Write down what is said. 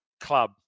club